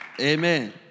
Amen